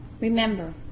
Remember